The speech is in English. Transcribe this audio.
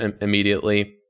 immediately